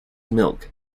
milk